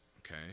okay